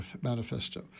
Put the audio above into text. Manifesto